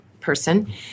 person